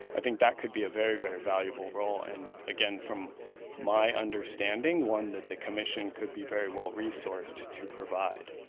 ah that could be a very very valuable role. and again, from my understanding, one that the commission could be very well resourced to provide.